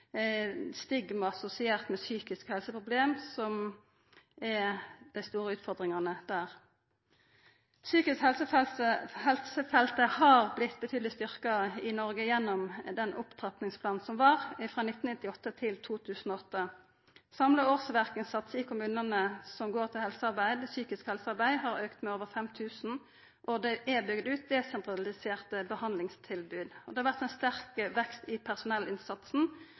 assosiert med psykiske helseproblem er dei store utfordringane der. Feltet psykisk helse har blitt betydelig styrkt i Noreg gjennom opptrappingsplanen frå 1998 til 2008. Samla årsverkinnsats i kommunane som går til psykisk helsearbeid, har auka med over 5 000, og det er bygd ut desentraliserte behandlingstilbod. Det har vore ein sterk vekst i personellinnsatsen,